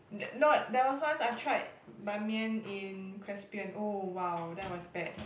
that no there was once I tried Ban-Mian in Crespian oh !wow! that was bad